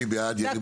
מי בעד?